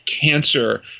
cancer